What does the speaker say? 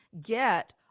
get